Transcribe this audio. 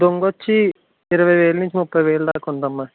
దుంగొచ్చి ఇరవై వేలు నుండి ముప్పై వేలు దాకా ఉంది అమ్మ